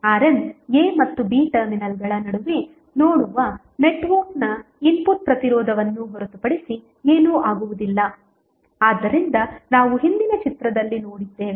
RN a ಮತ್ತು b ಟರ್ಮಿನಲ್ಗಳ ನಡುವೆ ನೋಡುವ ನೆಟ್ವರ್ಕ್ನ ಇನ್ಪುಟ್ ಪ್ರತಿರೋಧವನ್ನು ಹೊರತುಪಡಿಸಿ ಏನೂ ಆಗುವುದಿಲ್ಲ ಆದ್ದರಿಂದ ನಾವು ಹಿಂದಿನ ಚಿತ್ರದಲ್ಲಿ ನೋಡಿದ್ದೇವೆ